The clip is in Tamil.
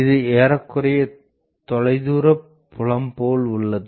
இது ஏறக்குறைய தொலைதூர புலம் போல் உள்ளது